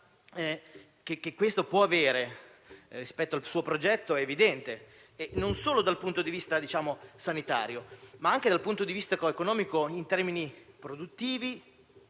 La valenza che questo può avere rispetto al suo progetto è evidente non solo dal punto di vista sanitario, ma anche economico, in termini produttivi